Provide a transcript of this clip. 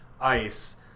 ice